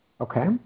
Okay